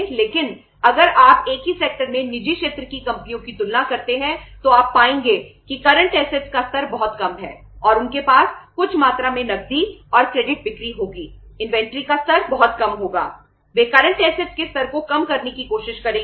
लेकिन अगर आप एक ही सेक्टर में निजी क्षेत्र की कंपनियों की तुलना करते हैं तो आप पाएंगे कि करंट असेट्स के स्तर को कम करने की कोशिश करेंगे